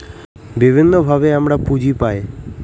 বিভিন্নভাবে আমরা পুঁজি পায়